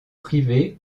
privées